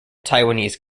taiwanese